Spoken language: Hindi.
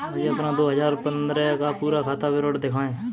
मुझे अपना दो हजार पन्द्रह का पूरा खाता विवरण दिखाएँ?